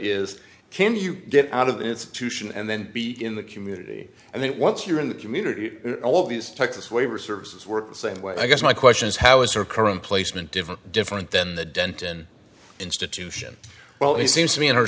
is can you get out of the institution and then be in the community and then once you're in the community all these texas waiver services work the same way i guess my question is how is your current placement different different than the denton institution well he seems to me in our